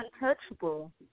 untouchable